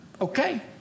okay